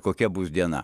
kokia bus diena